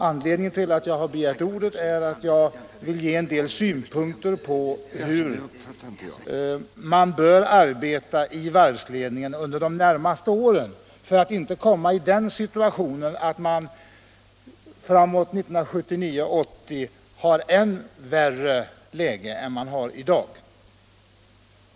Anledningen till att jag nu begärt ordet är att jag vill anföra en del synpunkter på hur varvsledningen under de närmaste åren bör arbeta för att inte framåt 1979-1980 befinna sig i ett ännu värre läge än i dag.